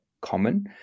common